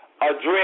address